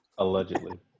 Allegedly